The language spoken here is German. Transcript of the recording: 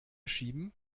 schieben